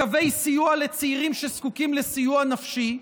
לקווי סיוע לצעירים שזקוקים לסיוע נפשי,